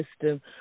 system